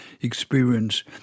experience